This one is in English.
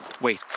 Wait